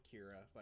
Kira